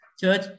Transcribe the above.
Church